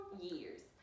Years